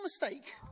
mistake